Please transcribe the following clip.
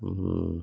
ம்